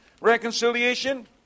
reconciliation